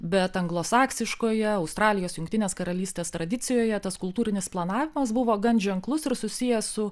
bet anglosaksiškoje australijos jungtinės karalystės tradicijoje tas kultūrinis planavimas buvo gan ženklus ir susijęs su